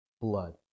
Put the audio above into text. blood